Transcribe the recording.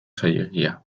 zailegia